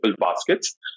baskets